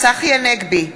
צחי הנגבי,